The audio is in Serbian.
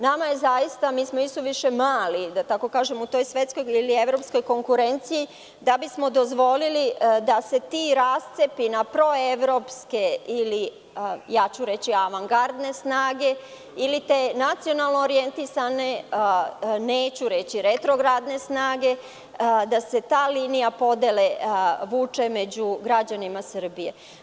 Nama je zaista, mi smo i suviše mali u toj svetskoj ili evropskoj konkurenciji da bismo dozvolili da se ti rascepi na proevropske snaga, reći ću avangardne, ili te nacionalno orjentisane, neću reći retrogradne snage, da se ta linija podele vuče među građanima Srbije.